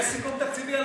יש סיכום תקציבי על